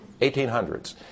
1800s